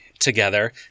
together